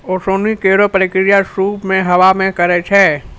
ओसौनी केरो प्रक्रिया सूप सें हवा मे करै छै